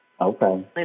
Okay